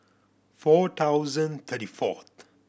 four thousand thirty fourth